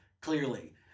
clearly